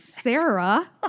Sarah